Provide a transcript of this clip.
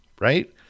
right